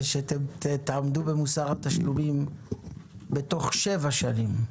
ושתעמדו במוסר התשלומים תוך שבע שנים.